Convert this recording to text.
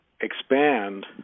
expand